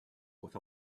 with